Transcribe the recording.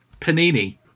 panini